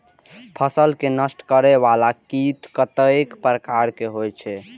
फसल के नष्ट करें वाला कीट कतेक प्रकार के होई छै?